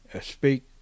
speak